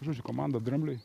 žodžiu komanda drambliui